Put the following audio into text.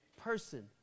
person